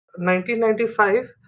1995